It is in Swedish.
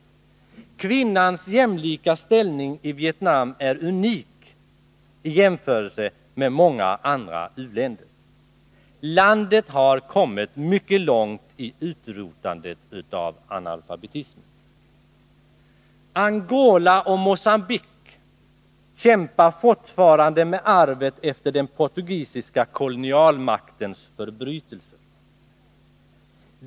Kvinnans jämlika ställning i Vietnam är unik i jämförelse med många andra u-länder. Landet har kommit mycket långt i utrotandet av analfabetismen. Angola och Mogambique kämpar fortfarande med arvet efter den portugisiska kolonialmaktens förbrytelser.